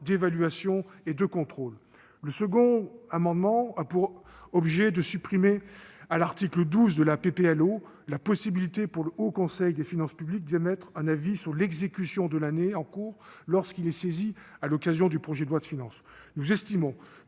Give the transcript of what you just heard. d'évaluation et de contrôle. Le second amendement a pour objet de supprimer, à l'article 12 de la proposition de loi organique, la possibilité pour le Haut Conseil des finances publiques d'émettre un avis sur l'exécution de l'année en cours, lorsqu'il est saisi à l'occasion du projet de loi de finances. Nous estimons